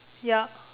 yup